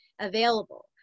available